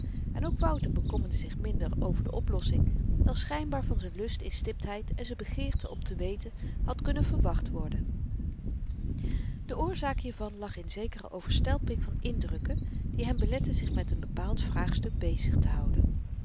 en ook wouter bekommerde zich minder over de oplossing dan schynbaar van z'n lust in stiptheid en z'n begeerte om te weten had kunnen verwacht worden de oorzaak hiervan lag in zekere overstelping van indrukken die hem belette zich met n bepaald vraagstuk bezig te houden